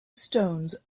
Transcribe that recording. stones